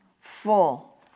full